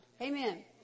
Amen